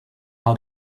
how